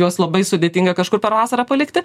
juos labai sudėtinga kažkur per vasarą palikti